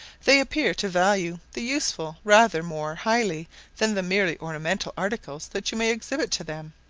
they appear to value the useful rather more highly than the merely ornamental articles that you may exhibit to them.